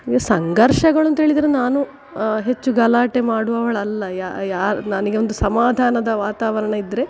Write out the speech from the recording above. ಈಗ ಸಂಘರ್ಷಗಳು ಅಂತ ಹೇಳಿದ್ರೆ ನಾನು ಹೆಚ್ಚು ಗಲಾಟೆ ಮಾಡುವವಳಲ್ಲ ಯಾರು ನನಗೆ ಒಂದು ಸಮಾಧಾನದ ವಾತಾವರಣ ಇದ್ದರೆ